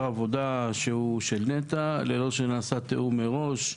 עבודה של נת"ע ללא שנעשה תיאום מראש.